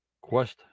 Quest